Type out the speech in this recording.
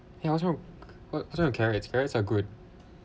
and also also its carrot carrot are good